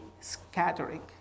scattering